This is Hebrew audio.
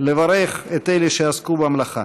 לברך את אלה שעסקו במלאכה.